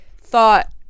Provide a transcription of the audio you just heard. thought